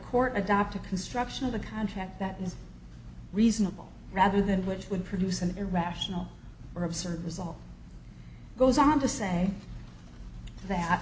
court adopt a construction of the contract that is reasonable rather than which would produce an irrational or absurd was all goes on to say that